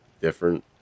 different